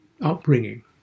upbringing